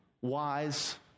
wise